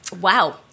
Wow